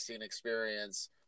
experience